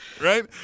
right